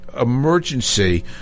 emergency